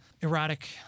erotic